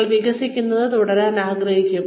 നിങ്ങൾ വികസിക്കുന്നത് തുടരാൻ ആഗ്രഹിക്കും